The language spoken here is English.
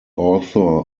author